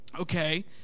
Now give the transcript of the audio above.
Okay